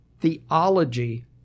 theology